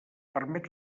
permet